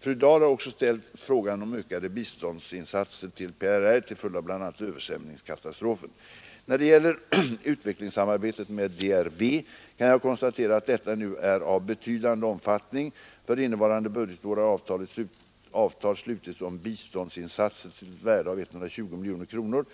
Fru Dahl har också ställt frågan om ökade svenska biståndsinsatser till PRR till följd av bl.a. översvämningskatastrofen. När det gäller utvecklingssamarbetet med DRV kan jag konstatera att detta nu är av betydande omfattning. För innevarande budgetår har avtal slutits om biståndsinsatser till ett värde av 120 miljoner kronor.